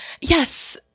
Yes